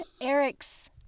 Eric's